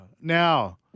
Now